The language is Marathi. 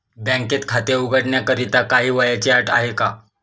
बँकेत खाते उघडण्याकरिता काही वयाची अट आहे का?